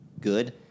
good